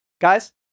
guys